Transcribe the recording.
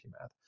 math